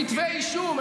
כתבי אישום,